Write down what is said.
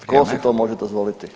Tko si to može dozvoliti?